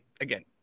Again